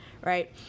right